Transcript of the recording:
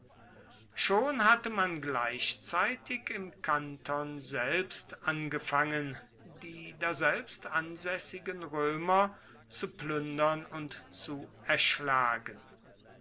schon hatte man gleichzeitig im kanton selbst angefangen die daselbst ansässigen römer zu plündern und zu erschlagen